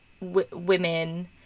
women